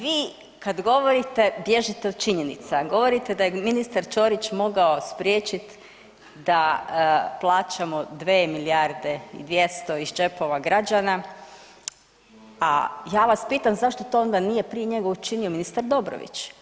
Vi kad govorite bježite od činjenica, govorite da je ministar Ćorić mogao spriječit da plaćamo 2 milijarde i 200 iz džepova građana, a ja vas pitam zašto to onda nije prije njega učinio ministar Dobrović?